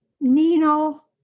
Nino